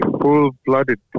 full-blooded